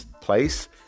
place